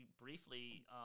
briefly